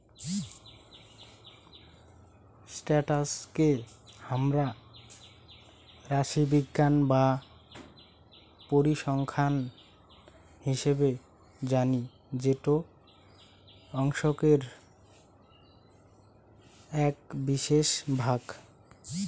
status কে হামরা রাশিবিজ্ঞান বা পরিসংখ্যান হিসেবে জানি যেটো অংকের এক বিশেষ ভাগ